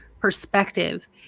perspective